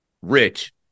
rich